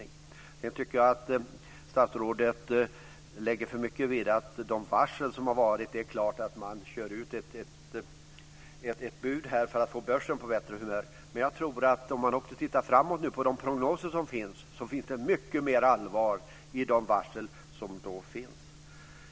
När det gäller de varsel som har varit tycker jag att statsrådet lägger för stor vikt vid detta att "det är klart att man kör ut ett bud för att få börsen på bättre humör". Om vi nu tittar framåt, med de prognoser som finns, tror jag att det är mycket mer allvar i de varsel som finns.